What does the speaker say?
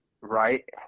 right